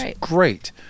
great